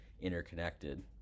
interconnected